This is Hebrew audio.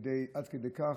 עד כדי כך,